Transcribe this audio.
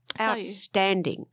outstanding